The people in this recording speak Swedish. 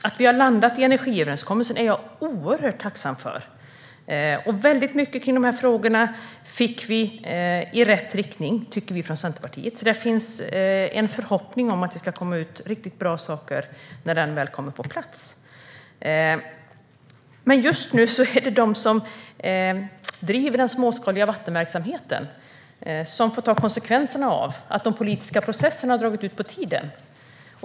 Att vi har landat i energiöverenskommelsen är jag oerhört tacksam för. Väldigt mycket kring de här frågorna fick vi i rätt riktning, tycker vi från Centerpartiet. Det finns en förhoppning om att det ska komma ut riktigt bra saker när den väl kommer på plats. Men just nu är det de som driver den småskaliga vattenverksamheten som får ta konsekvenserna av att de politiska processerna har dragit ut på tiden.